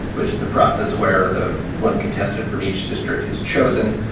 which is the process where the one contestant from each district is chosen,